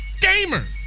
gamer